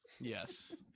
Yes